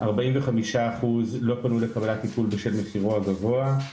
45% לא פנו לקבלת טיפול בשל מחירו הגבוה,